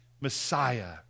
Messiah